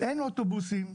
אין אוטובוסים,